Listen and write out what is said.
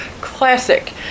classic